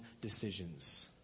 decisions